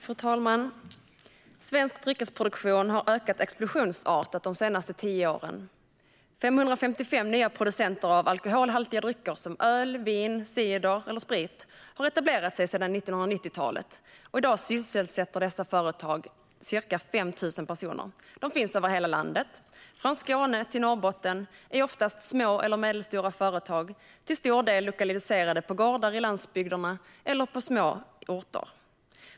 Fru talman! Svensk dryckesproduktion har ökat explosionsartat de senaste tio åren. 555 nya producenter av alkoholhaltiga drycker såsom öl, vin, cider och sprit har etablerat sig sedan 1990-talet, och i dag sysselsätter dessa företag ca 5 000 personer. De finns över hela landet, från Skåne till Norrbotten, och är oftast små eller medelstora företag, till stor del lokaliserade på gårdar i landsbygderna eller på små orter.